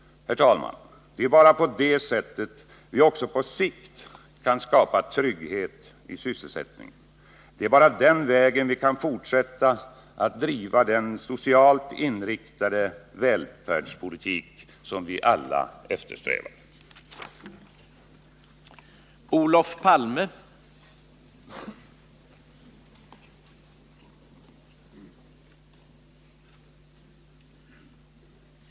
Herr talman! Det är bara på det sättet vi också på sikt kan skapa trygghet i sysselsättningen. Det är bara den vägen vi kan fortsätta att driva den socialt inriktade välfärdspolitik som vi alla strävar efter.